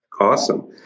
Awesome